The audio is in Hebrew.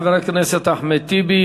תודה לחבר הכנסת אחמד טיבי.